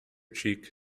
cheek